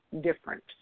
different